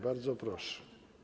Bardzo proszę.